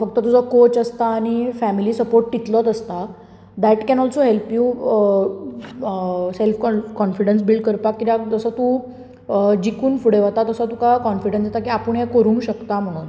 फक्त तुजो कॉच आसता आनी फॅमीली सपोर्ट तितलोच आसता that can also help you self con confidence build करपाक जसो तूं जिखून फुडें वता तसो तुका फुडें काॅन्फिडन्स येता की हें आपूण करूंक शकता म्हणून